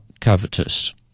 covetous